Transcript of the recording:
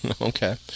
Okay